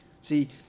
See